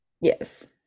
Yes